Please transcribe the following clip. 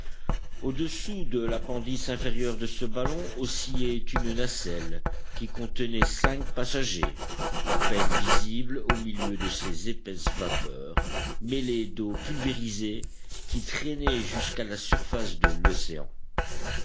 au-dessous de l'appendice inférieur de ce ballon oscillait une nacelle qui contenait cinq passagers à peine visibles au milieu de ces épaisses vapeurs mêlées d'eau pulvérisée qui traînaient jusqu'à la surface de l'océan